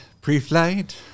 pre-flight